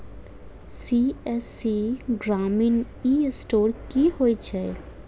CSC ग्रामीण e store की होइ छै?